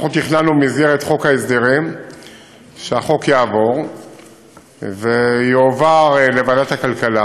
אנחנו תכננו במסגרת חוק ההסדרים שהחוק יעבור ויועבר לוועדת הכלכלה,